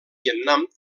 vietnam